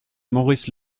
maurice